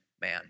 man